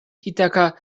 įteka